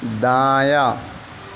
دایاں